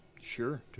Sure